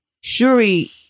Shuri